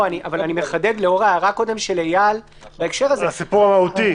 אבל אני מחדד לאור ההערה קודם של אייל בהקשר הזה.